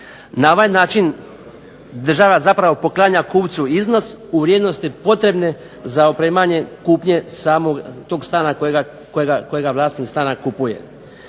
Na ovaj način država zapravo poklanja kupcu iznos u vrijednosti potrebne za opremanje tog stana kojega vlasnik stana kupuje.